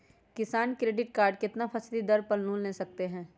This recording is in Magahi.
किसान क्रेडिट कार्ड कितना फीसदी दर पर लोन ले सकते हैं?